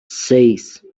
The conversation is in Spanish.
seis